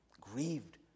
grieved